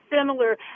similar